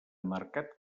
marcat